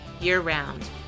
year-round